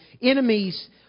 enemies